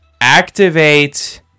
Activate